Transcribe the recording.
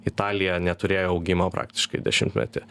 italija neturėjo augimo praktiškai dešimtmetį